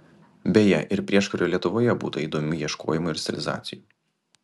beje ir prieškario lietuvoje būta įdomių ieškojimų ir stilizacijų